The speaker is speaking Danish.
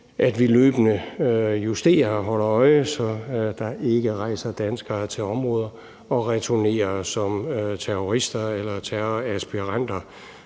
at vi løbende justerer og holder øje, så der ikke rejser danskere til konfliktområder, som så returnerer som terrorister eller terroristaspiranter.